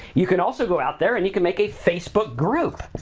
you can also go out there and you can make a facebook group,